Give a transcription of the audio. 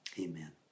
amen